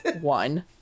One